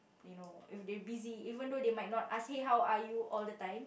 you know if they busy even though they might not ask eh how are you all the time